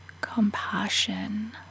compassion